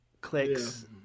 clicks